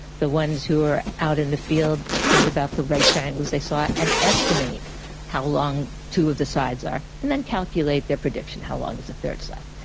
the ones who are out in the field think about the right triangles they saw and estimate how long two of the sides are and then calculate their prediction how long is the third side.